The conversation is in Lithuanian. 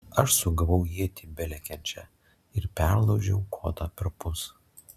aš sugavau ietį belekiančią ir perlaužiau kotą perpus